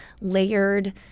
layered